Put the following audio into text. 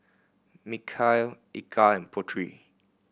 Mikhail Eka and Putri